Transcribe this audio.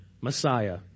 Messiah